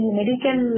medical